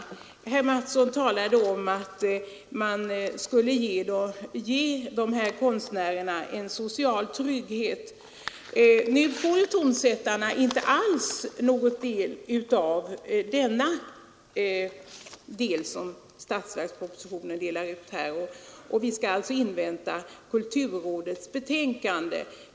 Herr Mattsson i Lane-Herrestad talade om att man skulle ge dessa konstnärer en social trygghet. Nu får tonsättarna inte någonting av det som statsverkspropositionen föreslår skall delas ut. Vi skall alltså invänta kulturrådets betänkande.